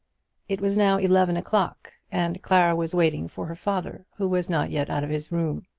it was now eleven o'clock, and clara was waiting for her father, who was not yet out of his room.